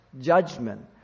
judgment